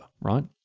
right